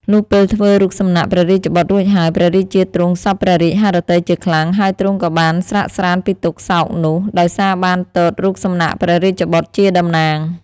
លុះពេលធ្វើរូបសំណាក់ព្រះរាជបុត្ររួចហើយ ព្រះរាជាទ្រង់សព្វព្រះរាជហឫទ័យជាខ្លាំង ហើយទ្រង់ក៏បានស្រាកស្រាន្តពីទុក្ខសោកនោះ ដោយសារបានទតរូបសំណាកព្រះរាជបុត្រជាតំណាង ។